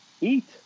Eat